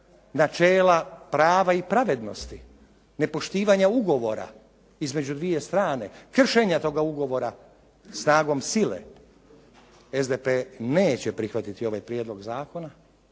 načela, prava i pravednosti, nepoštivanja ugovora između dvije strane, kršenja toga ugovora snagom sile, SDP neće prihvatiti ovaj prijedlog zakona.